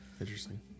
interesting